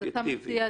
אתה מציע,